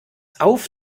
auf